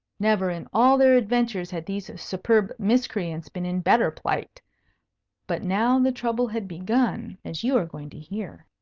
never in all their adventures had these superb miscreants been in better plight but now the trouble had begun as you are going to hear.